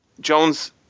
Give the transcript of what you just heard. Jones